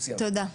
תודה.